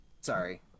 Sorry